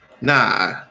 Nah